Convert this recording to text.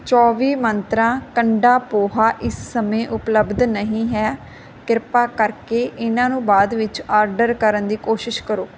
ਚੌਵੀ ਮੰਤਰਾਂ ਕੰਡਾ ਪੋਹਾ ਇਸ ਸਮੇਂ ਉਪਲੱਬਧ ਨਹੀਂ ਹੈ ਕ੍ਰਿਪਾ ਕਰਕੇ ਇਹਨਾਂ ਨੂੰ ਬਾਅਦ ਵਿੱਚ ਆਰਡਰ ਕਰਨ ਦੀ ਕੋਸ਼ਿਸ਼ ਕਰੋ